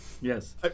yes